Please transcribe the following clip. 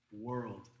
world